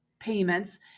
payments